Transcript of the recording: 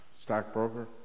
Stockbroker